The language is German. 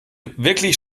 wirklich